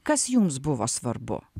kas jums buvo svarbu